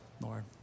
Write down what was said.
Lord